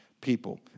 people